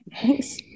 Thanks